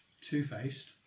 Two-faced